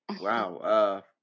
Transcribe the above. Wow